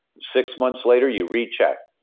six months later, you recheck.